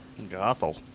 Gothel